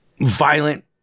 violent